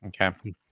Okay